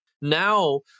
Now